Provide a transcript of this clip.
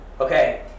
Okay